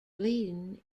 bleeding